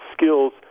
skills